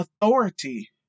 authority